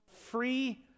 free